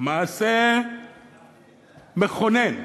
מעשה מכונן,